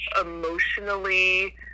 emotionally